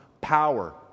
power